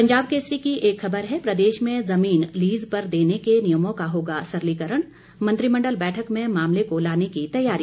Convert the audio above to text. पंजाब केसरी की एक खबर है प्रदेश में जमीन लीज़ पर देने के नियमों का होगा सरलीकरण मंत्रिमंडल बैठक में मामले को लाने की तैयारी